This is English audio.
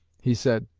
he said,